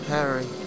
Harry